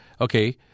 Okay